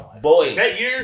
Boy